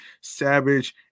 savage